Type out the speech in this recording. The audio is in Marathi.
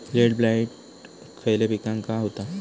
लेट ब्लाइट खयले पिकांका होता?